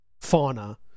fauna